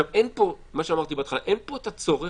עכשיו, מה שאמרתי בהתחלה, אין פה את הצורך,